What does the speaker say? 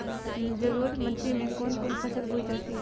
जलोढ़ मिट्टी में कौन फसल बोई जाती हैं?